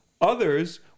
Others